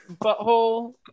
butthole